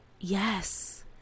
yes